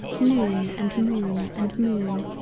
noon and moon and moon.